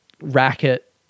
racket